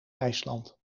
ijsland